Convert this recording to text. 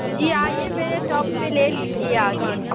جی آئیے میرے شاپ پہ لے لیجیے آ کے